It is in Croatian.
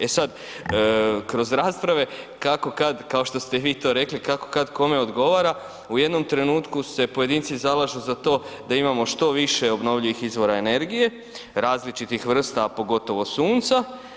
E sad, kroz rasprave, kako kad kao što ste i vi to rekli, kako kad kome odgovara, u jednom trenutku se pojedinci zalažu za to da imamo što više obnovljivih izvora energije, različitih vrsta a pogotovo sunca.